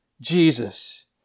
Jesus